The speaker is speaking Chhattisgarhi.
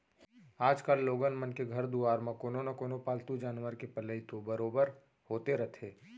आजकाल लोगन मन के घर दुवार म कोनो न कोनो पालतू जानवर के पलई तो बरोबर होते रथे